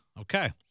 Okay